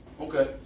Okay